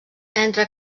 entre